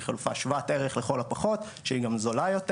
חד-משמעית.